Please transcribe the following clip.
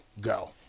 go